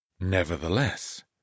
Nevertheless